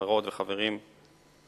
חברות וחברים,